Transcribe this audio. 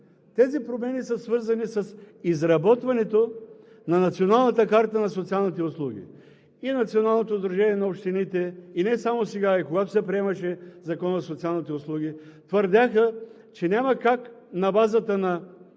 Тези промени са свързани с изработването на Националната карта на социалните услуги. И Националното сдружение на общините, не само сега, а и когато се приемаше Законът за социалните услуги, твърдяха, че няма как на базата на